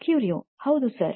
ಕ್ಯೂರಿಯೊ ಹೌದು ಸರ್